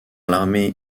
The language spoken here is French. l’armée